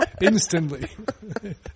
instantly